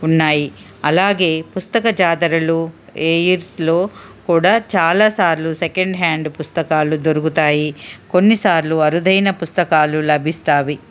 ఉన్నాయి అలాగే పుస్తక జాతరలు ఏయిర్స్లో కూడా చాలా సార్లు సెకండ్ హ్యాండ్ పుస్తకాలు దొరుకుతాయి కొన్నిసార్లు అరుదైన పుస్తకాలు లభిస్తాయి